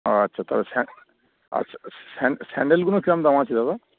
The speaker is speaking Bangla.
ও আচ্ছা তাহা স্যা আচ্ছাা স্যান স্যান্ডেলগুলো কিরম দাম আছে দাদা